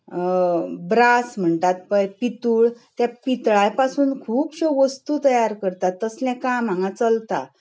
brass म्हणटात पळय पितूळ त्या पितळा पसून खुबशो वस्तू तयार करतात तसलें काम हांगा चलता